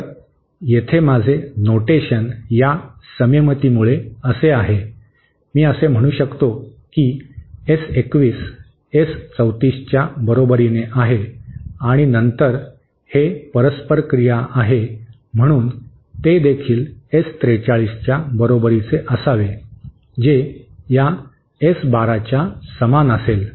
तर येथे माझे नोटेशन या सममितीमुळे असे आहे मी असे म्हणू शकतो की एस 21 एस 34 च्या बरोबरीने आहे आणि नंतर हे परस्पर क्रिया आहे म्हणून ते देखील एस 43 च्या बरोबरीचे असावे जे या एस 12 च्या समान असेल